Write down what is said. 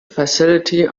facility